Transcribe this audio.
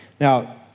Now